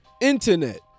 internet